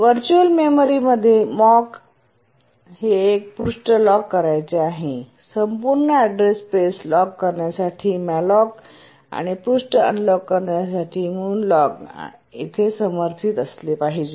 virtual memory मध्ये मॉक हे एक पृष्ठ लॉक करायचे आहे संपूर्ण अॅड्रेस स्पेस लॉक करण्यासाठी मॉलोंक आणि पृष्ठ अनलॉक करण्यासाठी मुनलॉक आणि सर्व समर्थित असले पाहिजे